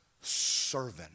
servant